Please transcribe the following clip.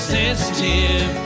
sensitive